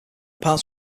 parts